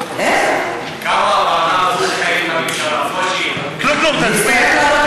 כמה הוועדה הזאת תחייב את הממשלה, זאת השאלה.